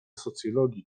socjologii